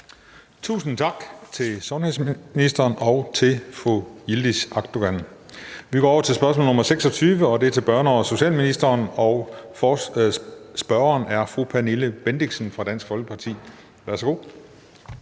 Tusind tak til sundhedsministeren og til fru Yildiz Akdogan. Vi går over til spørgsmål nr. 26, og det er til børne- og socialministeren, og spørgeren er fru Pernille Bendixen fra Dansk Folkeparti. Kl.